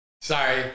Sorry